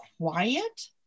quiet